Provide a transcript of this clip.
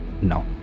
No